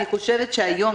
אני חושבת שהיום,